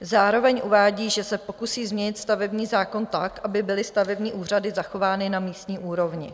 Zároveň uvádí, že se pokusí změnit stavební zákon tak, aby byly stavební úřady zachovány na místní úrovni.